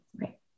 Right